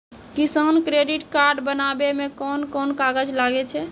किसान credit card बनाबै मे कोन कोन कागज लागै छै?